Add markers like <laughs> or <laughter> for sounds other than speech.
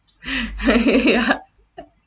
<breath> <laughs> ya